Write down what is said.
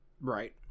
Right